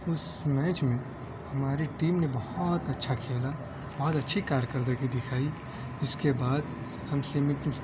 تو اس میچ میں ہماری ٹیم نے بہت اچھا کھیلا بہت اچھی کارکردگی دکھائی اس کے بعد ہم سیمی